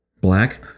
Black